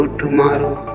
tomorrow